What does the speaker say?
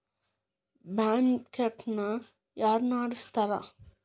Bond market ನ ಯಾರ್ನಡ್ಸ್ತಾರ?